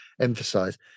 emphasize